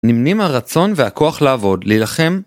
נמנים הרצון והכוח לעבוד, להילחם.